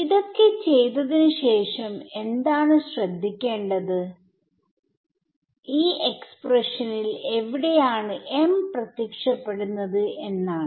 ഇതൊക്കെ ചെയ്തതിന് ശേഷം എന്താണ് ശ്രദ്ധിക്കേണ്ടത് ഈ എക്സ്പ്രഷനിൽ എവിടെയാണ് m പ്രത്യക്ഷപ്പെടുന്നത് എന്നാണ്